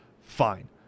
fine